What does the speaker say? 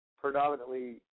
predominantly